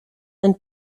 and